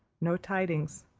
no tidings.